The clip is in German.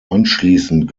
anschließend